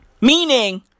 Meaning